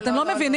אתם לא מבינים?